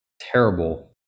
terrible